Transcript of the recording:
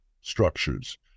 structures